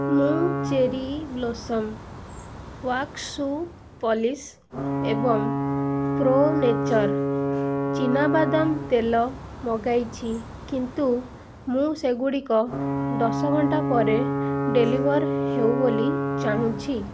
ମୁଁ cherry blossom wax shoe polish ଏବଂ pro nature ଚୀନାବାଦାମ ତେଲ ମଗାଇଛି କିନ୍ତୁ ମୁଁ ସେଗୁଡ଼ିକ ଦଶ ଘଣ୍ଟା ପରେ ଡେଲିଭର୍ ହେଉ ବୋଲି ଚାହୁଁଛି